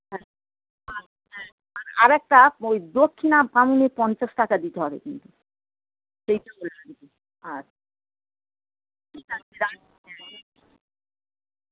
আর একটা ওই দক্ষিণা ভাঙিয়ে পঞ্চাশ টাকা দিতে হবে কিন্তু